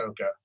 Ahsoka